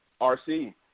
RC